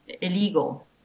illegal